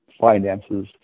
finances